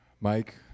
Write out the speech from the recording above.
Mike